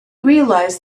realized